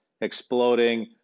exploding